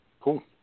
cool